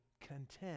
content